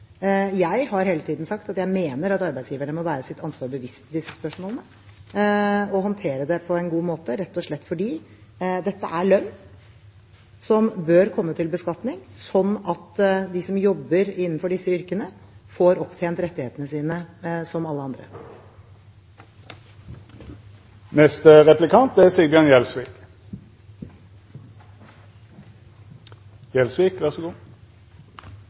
Jeg har hele tiden sagt at jeg mener at arbeidsgivere må være seg sitt ansvar bevisst i disse spørsmålene og håndtere det på en god måte – rett og slett fordi dette er lønn som bør komme til beskatning, slik at de som jobber innenfor disse yrkene, får opptjent rettigheter som alle